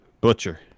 Butcher